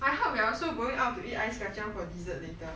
I hope you're also going out to eat ice kacang for dessert later